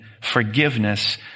forgiveness